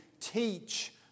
teach